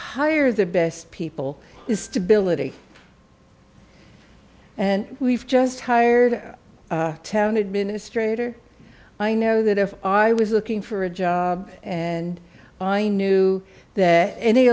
hire the best people is stability and we've just hired an administrator i know that if i was looking for a job and i knew that any